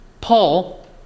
Paul